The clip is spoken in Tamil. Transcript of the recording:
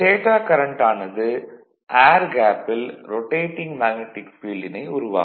ஸ்டேடார் கரண்ட் ஆனது ஏர் கேப்பில் ரொடேடிங் மேக்னடிக் ஃபீல்டினை உருவாக்கும்